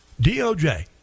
DOJ